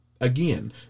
Again